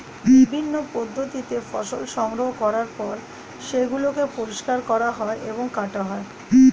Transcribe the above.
বিভিন্ন পদ্ধতিতে ফসল সংগ্রহ করার পর সেগুলোকে পরিষ্কার করা হয় এবং কাটা হয়